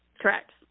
correct